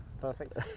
Perfect